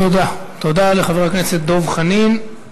תודה לחבר הכנסת דב חנין.